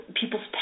people's